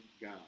God